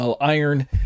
iron